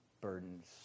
burdens